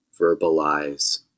verbalize